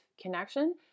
connection